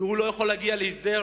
כי הוא לא יכול להגיע להסדר?